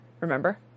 remember